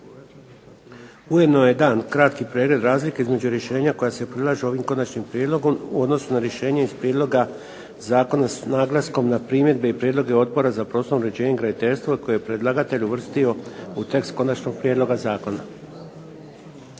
Ujedno je dan kratki pregled razlike između rješenja koja se prilažu ovim konačnim prijedlogom u odnosu na rješenje iz prijedloga zakona s naglaskom na primjedbe i prijedloge Odbora za prostorno uređenje i graditeljstvo koje je predlagatelj uvrstio u tekst konačnog prijedloga zakona.